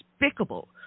despicable –